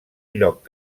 lloc